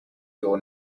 your